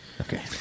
Okay